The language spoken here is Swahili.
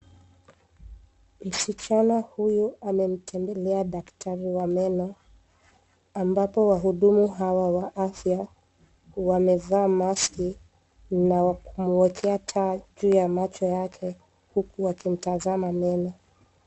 Msichana huyu amemtembelea daktari wa meno ambapo wahudumu hawa wa afya wamevaa mask na kumwekea taa juu ya macho yake, huku wakimtazama meno.